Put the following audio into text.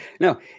No